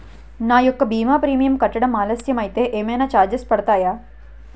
నా యెక్క భీమా ప్రీమియం కట్టడం ఆలస్యం అయితే ఏమైనా చార్జెస్ పడతాయా?